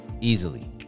easily